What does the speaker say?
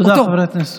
תודה.